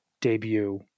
debut